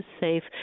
safe